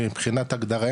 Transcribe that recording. מבחינת הגדרה,